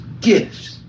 Gifts